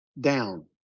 down